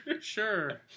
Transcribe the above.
Sure